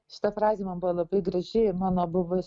šita frazė man buvo labai graži ir mano buvus